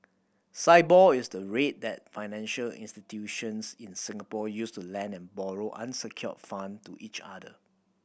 Sibor is the rate that financial institutions in Singapore use to lend and borrow unsecured fund to each other